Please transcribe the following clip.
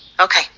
Okay